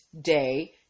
day